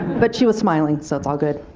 but she was smiling, so it's all good.